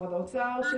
משרד האוצר?